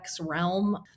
realm